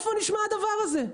איפה נשמע הדבר הזה?